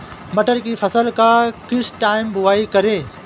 मटर की फसल का किस टाइम बुवाई करें?